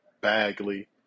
Bagley